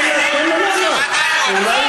אומנם זאת שעת שאלות,